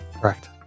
Correct